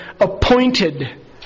appointed